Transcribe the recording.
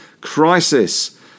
crisis